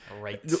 Right